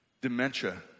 dementia